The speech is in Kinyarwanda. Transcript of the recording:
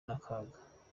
n’akaga